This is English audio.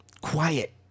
quiet